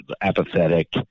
apathetic